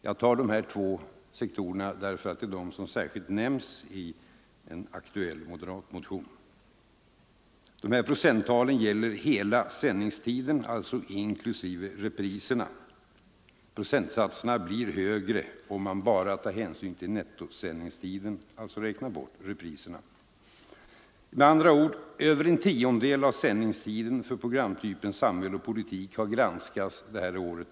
Jag tar upp dessa två sektorer därför att de särskilt nämns i en aktuell moderatmotion. Procenttalen gäller hela sändningstiden, alltså inklusive repriserna. Siffrorna blir högre om man tar hänsyn till enbart nettosändningstiden och alltså räknar bort repriserna. Med andra ord —- över en tiondel av sändningstiden för pro Nr 125 gramtypen samhälle och politik har granskats 1972/73.